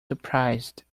surprised